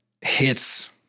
hits